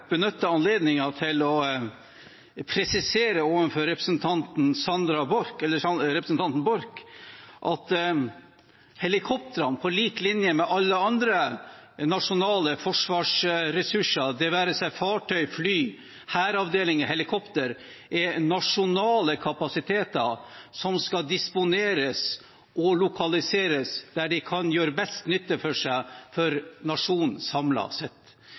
benytte anledningen til å presisere overfor representanten Borch at helikoptrene, på lik linje med alle andre nasjonale forsvarsressurser – det være seg fartøy, fly, hæravdelinger, helikoptre – er nasjonale kapasiteter som skal disponeres og lokaliseres der de kan gjøre best nytte for seg for